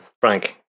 Frank